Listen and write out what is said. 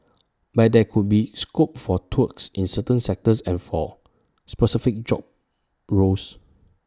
but there could be scope for tweaks in certain sectors and for specific job roles